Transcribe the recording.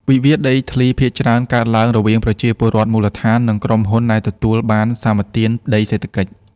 វិវាទដីធ្លីភាគច្រើនកើតឡើងរវាងប្រជាពលរដ្ឋមូលដ្ឋាន និងក្រុមហ៊ុនដែលទទួលបានសម្បទានដីសេដ្ឋកិច្ច។